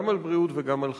גם על בריאות וגם על חיים.